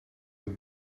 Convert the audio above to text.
een